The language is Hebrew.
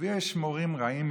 ויש מורים רעים,